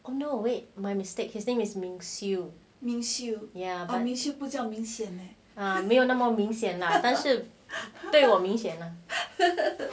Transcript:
oh no wait my mistake his name is ming siu 没有那么明显那但是对我明显了